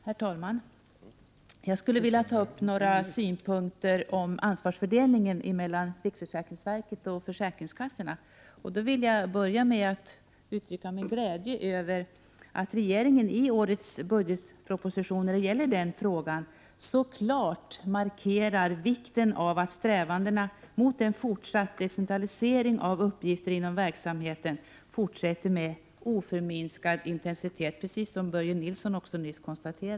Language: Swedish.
Herr talman! Jag skulle vilja nämna några synpunkter på ansvarsfördelningen mellan riksförsäkringsverket och försäkringskassorna. Jag vill då börja med att uttrycka min glädje över att regeringen i årets budgetproposition så klart markerar vikten av att strävandena mot en fortsatt decentralisering av uppgifter inom verksamheten fortsätter med oförminskad intensitet, precis som Börje Nilsson nyss konstaterade.